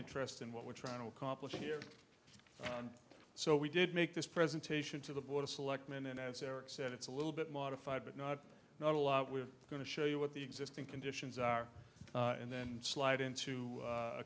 interest in what we're trying to accomplish here so we did make this presentation to the board of selectmen and as eric said it's a little bit modified but not not a lot we're going to show you what the existing conditions are and then slide into a